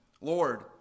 Lord